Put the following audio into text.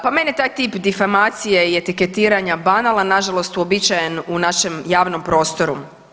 Pa mene taj tip difamacije i etiketiranja banalan, nažalost uobičajen u našem javnom prostoru.